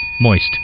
Moist